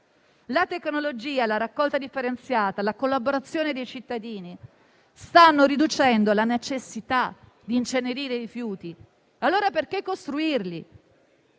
La tecnologia, la raccolta differenziata e la collaborazione dei cittadini stanno riducendo la necessità di incenerire i rifiuti, allora perché costruirli?